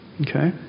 Okay